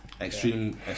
Extreme